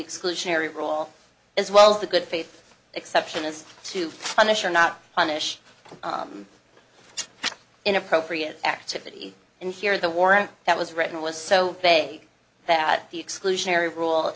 exclusionary role as well the good faith exception is to punish or not punish inappropriate activity and here the warrant that was written was so vague that the exclusionary rule